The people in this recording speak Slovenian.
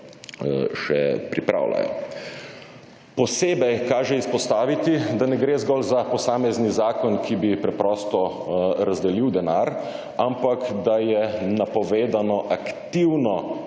še pripravljajo. Posebej kaže izpostaviti, da ne gre zgolj za posamezni zakon, ki bi preprosto razdelil denar, ampak da je napovedano aktivno